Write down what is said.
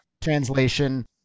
Translation